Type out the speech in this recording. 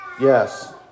Yes